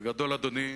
בגדול, אדוני,